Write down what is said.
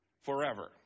forever